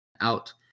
out